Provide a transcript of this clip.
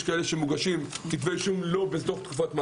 יש כאלה שמוגש נגדם כתב אישום לא בתוך תקופת המעצר.